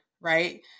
right